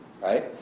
right